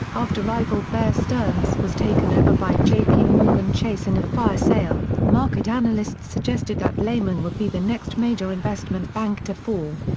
after rival bear stearns was taken over by jp morgan chase in a fire sale, market analysts suggested that lehman would be the next major investment bank to fall.